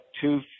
two